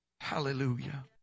Hallelujah